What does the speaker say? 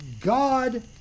God